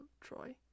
Troy